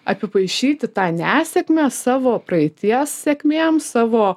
apipaišyti tą nesėkmę savo praeities sėkmėms savo